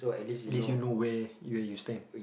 at least you know where where you stand